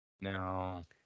No